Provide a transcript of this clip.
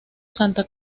santa